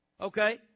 Okay